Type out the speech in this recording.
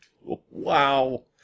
Wow